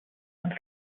until